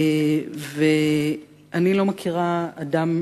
אלא לאנשים